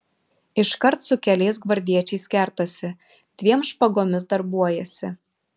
iškart su keliais gvardiečiais kertasi dviem špagomis darbuojasi